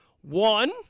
One